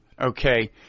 Okay